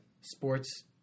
sports